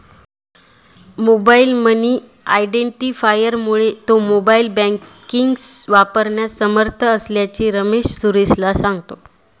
mobile money आयडेंटिफायरमुळे तो mobile banking वापरण्यास समर्थ असल्याचे रमेश सुरेशला सांगतो